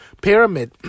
pyramid